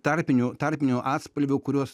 tarpinių tarpinių atspalvių kuriuos